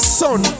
son